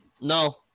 no